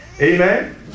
Amen